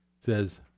says